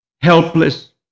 helpless